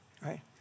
Right